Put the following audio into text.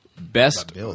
Best